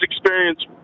experience